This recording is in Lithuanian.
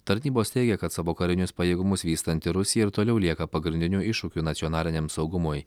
tarnybos teigia kad savo karinius pajėgumus vystanti rusija ir toliau lieka pagrindiniu iššūkiu nacionaliniam saugumui